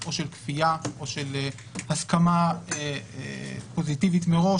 או של כפייה או של הסכמה פוזיטיבית מראש,